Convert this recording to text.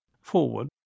forward